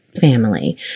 family